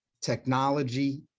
technology